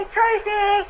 Tracy